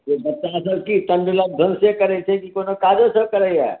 से बच्चा सब की तण्डुलक भनसे करैत छै की कोनो काजो सब करैया